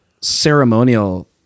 ceremonial